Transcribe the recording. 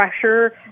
pressure